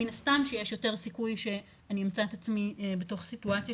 מן הסתם שיש יותר סיכוי שאני אמצא את עצמי בתוך סיטואציה